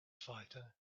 fighter